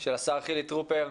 של השר חיליק טרופר,